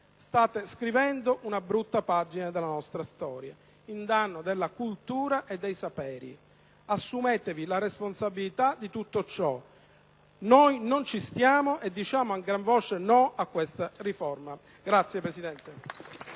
State scrivendo una brutta pagina della nostra storia, in danno della cultura e dei saperi. Assumetevi la responsabilità di tutto ciò. Noi non ci stiamo, e diciamo a gran voce no a questa riforma. *(Applausi